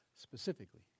specifically